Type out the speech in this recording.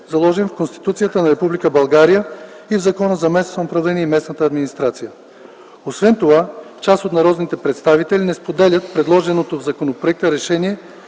заложен в Конституцията на Република България и в Закона за местното самоуправление и местната администрация. Освен това част от народните представители не споделят предложеното в законопроекта решение